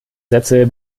sätze